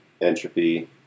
entropy